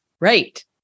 Right